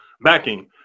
backing